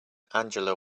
angela